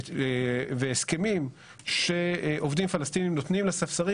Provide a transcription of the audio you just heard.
והסכמים שעובדים פלסטינים נותנים לספסרים,